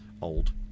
old